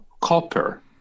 copper